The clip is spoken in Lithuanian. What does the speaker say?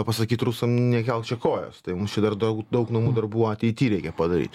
pasakyt rusam nekelk čia kojos tai mums čia dar daug daug namų darbų ateity reikia padaryt